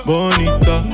Bonita